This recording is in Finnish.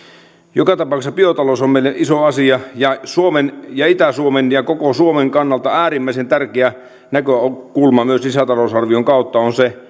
joka tapauksessa biotalous on meille iso asia ja suomen ja itä suomen ja koko suomen kannalta äärimmäisen tärkeä näkökulma myös lisätalousarvion kautta on se